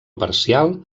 parcial